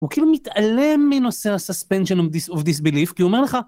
הוא כאילו מתעלם מנושא ה-suspension of disbelief, כי הוא אומר לך...